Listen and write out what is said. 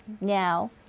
now